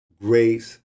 grace